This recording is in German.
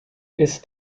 ist